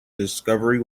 discovery